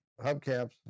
hubcaps